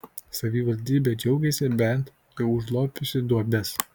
savivaldybė džiaugiasi bent jau užlopiusi duobes